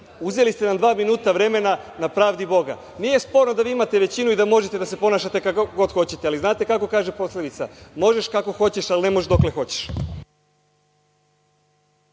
Uzeli ste nam dva minuta vremena na pravdi Boga. Nije sporno da vi imate većinu i da možete da se ponašate kako god hoćete, ali znate kako kaže poslovica – možeš kako hoćeš, ali ne možeš dokle hoćeš.